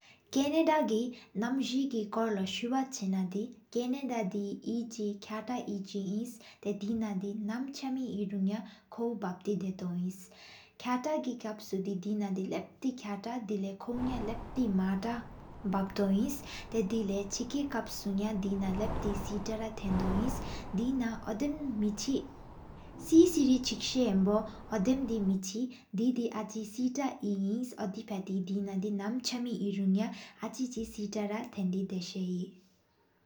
ཀ་ན་ཌཏའི་མིང་བསྟོད་མི་གློས་སྦྲེལ་བ་གཙང་མ་དང་། ཀ་ན་ཌཏའི་དེ་རབ་གཙང་མའི་བསུབ། དེ་ནང་མིང་གཅིག་ཚབ་བཟོ་ཚོང་། བབ་དེ་འདོ། ལབ་དེ་གི་ལབ་འདོད། བསྟོད་ལབ་དེ་ནང་ཚབ་བཟོ་ཚོང་ཡོང་། གསེས་ཀྱི་ཁུའི་འབྲས་འབྱུང་བ་ཡོང་ལ་མིནམ་གཡོའོན། སྲི་མིག་སྲི་ཎེ་ཁ་འཔང་ལ་བཙུན་སྤྱི་བསྒོད ཡེ་ཊི་གསེས་གསེ། ཆགས་མིག་གི་དེ་རུ་མེ་ལས་རོ་དོན་ཉི་།